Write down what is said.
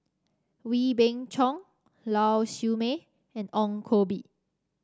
Wee Beng Chong Lau Siew Mei and Ong Koh Bee